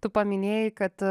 tu paminėjai kad